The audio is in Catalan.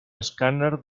escàner